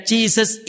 Jesus